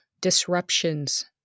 disruptions